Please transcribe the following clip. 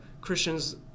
Christians